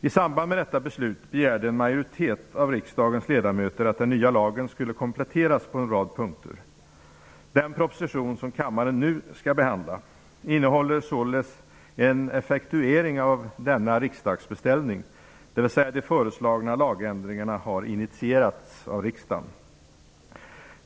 I samband med detta beslut begärde en majoritet av riksdagens ledamöter att den nya lagen skulle kompletteras på en rad punkter. Den proposition som kammaren nu skall behandla innehåller således en effektuering av denna riksdagsbeställning, dvs. de föreslagna lagändringarna har initierats av riksdagen.